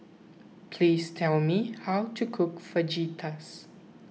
please tell me how to cook Fajitas